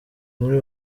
muri